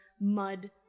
mud